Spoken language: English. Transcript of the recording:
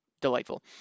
delightful